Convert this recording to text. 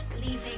leaving